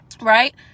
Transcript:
right